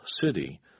city